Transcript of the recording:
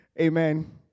Amen